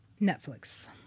netflix